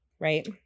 right